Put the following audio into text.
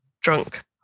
drunk